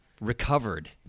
recovered